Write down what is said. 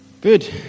Good